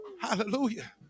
Hallelujah